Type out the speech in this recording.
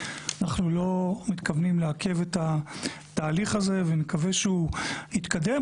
אנחנו לא מתכוונים לעכב את התהליך הזה ונקווה שהוא יתקדם,